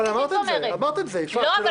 אבל אמרת את זה, יפעת, כי לא היה מיזוג.